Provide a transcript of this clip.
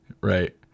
Right